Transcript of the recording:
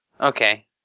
Okay